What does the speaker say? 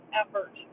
effort